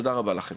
תודה רבה לכם.